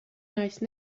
nice